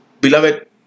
Beloved